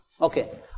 Okay